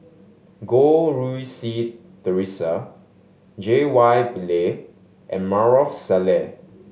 Goh Rui Si Theresa J Y Pillay and Maarof Salleh